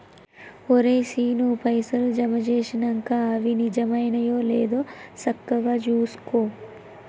ఒరే శీనూ, పైసలు జమ జేసినంక అవి జమైనయో లేదో సక్కగ జూసుకో